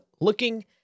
looking